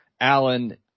Alan